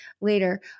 later